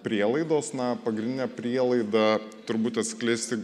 prielaidos na pagrindinė prielaida turbūt atskleisti